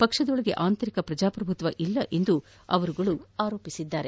ಪಕ್ಷ ದೊಳಗೆ ಆಂತರಿಕ ಪ್ರಜಾಪ್ರಭುತ್ವವಿಲ್ಲ ಎಂದು ಅವರು ಆರೋಪಿಸಿದ್ದಾರೆ